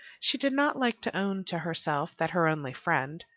she did not like to own to herself that her only friend,